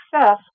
success